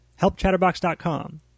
Helpchatterbox.com